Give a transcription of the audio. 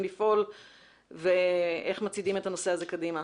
לפעול ואיך מצעידים את הנושא הזה קדימה.